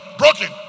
broken